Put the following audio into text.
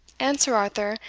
and sir arthur,